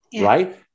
right